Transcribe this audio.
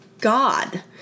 God